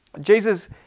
Jesus